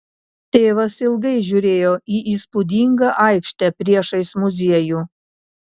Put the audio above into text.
tėvas ilgai žiūrėjo į įspūdingą aikštę priešais muziejų